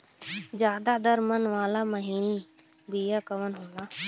ज्यादा दर मन वाला महीन बिया कवन होला?